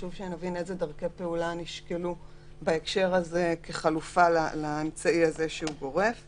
חשוב שנבין כאן בדיון איזה דרכי פעולה נשקלו כחלופה לאמצעי הגורף הזה.